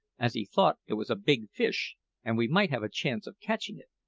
as he thought it was a big fish and we might have a chance of catching it.